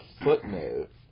footnote